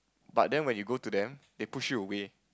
but then when you go to them they pushed you away